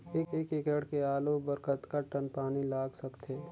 एक एकड़ के आलू बर कतका टन पानी लाग सकथे?